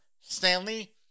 Stanley